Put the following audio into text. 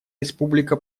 республика